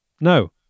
no